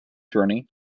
journey